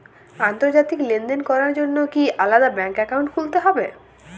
আন্তর্জাতিক লেনদেন করার জন্য কি আলাদা ব্যাংক অ্যাকাউন্ট খুলতে হবে?